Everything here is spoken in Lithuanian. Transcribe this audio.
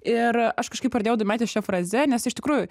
ir aš kažkaip pradėjau domėtis šia fraze nes iš tikrųjų